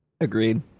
Agreed